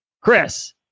Chris